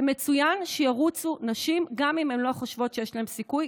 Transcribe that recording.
זה מצוין שירוצו נשים גם אם הן לא חושבת שיש להן סיכוי,